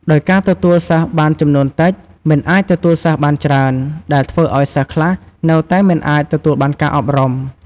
ដោយការទទួលសិស្សបានចំនួនតិច មិនអាចទទួលសិស្សបានច្រើន ដែលធ្វើឱ្យសិស្សខ្លះនៅតែមិនអាចទទួលបានការអប់រំ។